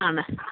ആണ് ആ